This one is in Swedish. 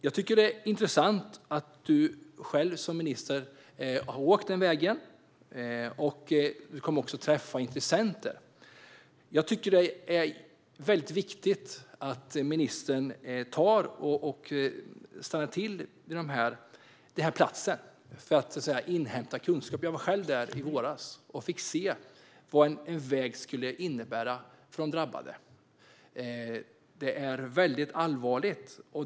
Jag tycker att det är intressant att du själv som minister har åkt den vägen, och du kommer också att träffa intressenter. Jag tycker att det är viktigt att ministern stannar till på den här platsen för att inhämta kunskap. Jag var själv där i våras och fick se vad en väg skulle innebära för de drabbade. Det är väldigt allvarligt.